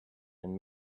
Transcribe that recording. and